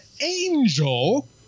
angel